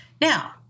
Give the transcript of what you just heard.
Now